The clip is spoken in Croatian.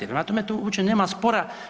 Prema tome, tu uopće nema spora.